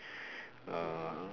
uh